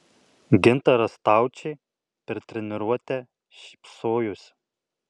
gintaras staučė per treniruotę šypsojosi